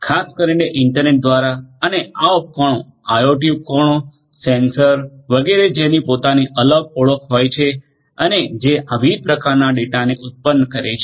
ખાસ કરીને ઇન્ટરનેટ દ્વારા અને આ ઉપકરણો આઇઓટી ઉપકરણો સેન્સર વગેરે જેની પોતાની અલગ ઓળખ હોય છે અને જે આ વિવિધ પ્રકારના ડેટાને ઉત્પન્ન કરે છે